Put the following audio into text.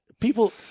People